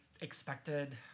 expected